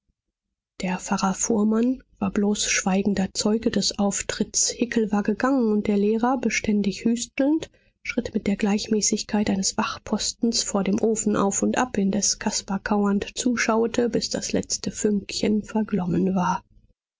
der pfarrer fuhrmann war bloß schweigender zeuge des auftritts hickel war gegangen und der lehrer beständig hüstelnd schritt mit der gleichmäßigkeit eines wachpostens vor dem ofen auf und ab indes caspar kauernd zuschaute bis das letzte fünkchen verglommen war